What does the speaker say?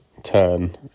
turn